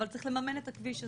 אבל צריך למממן את הכביש הזה.